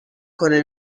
کنه